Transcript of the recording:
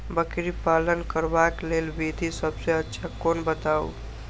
बकरी पालन करबाक लेल विधि सबसँ अच्छा कोन बताउ?